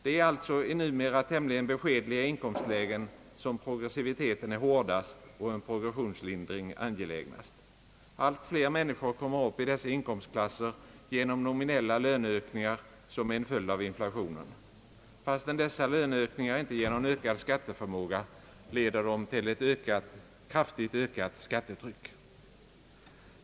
Det är alltså i numera tämligen beskedliga inkomstlägen som progressiviteten är hårdast och en progressionslindring <angelägnast. Allt fler människor kommer upp i dessa inkomstklasser genom nominella löneökningar som är en följd av inflationen. Fastän dessa löneökningar inte ger någon ökad skatteförmåga leder de till ett kraftigt ökat skattetryck.